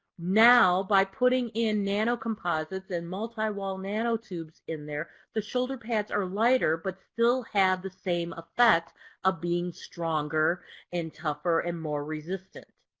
now, by putting in nanocomposites and multiwall nanotubes in there, the shoulder pads are lighter but still have the same effect of being stronger and tougher and more resistant.